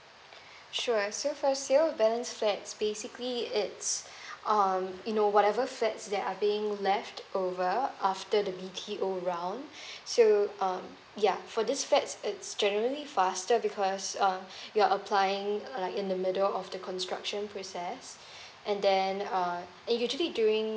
sure so for sale of balance flats basically it's um you know whatever flats that are being leftover after the B_T_O round so um yeah for this flats it's generally faster because um you're applying err like in the middle of the construction process and then um it actually doing